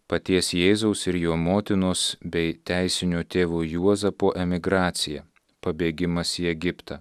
paties jėzaus ir jo motinos bei teisinio tėvo juozapo emigracija pabėgimas į egiptą